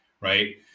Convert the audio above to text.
right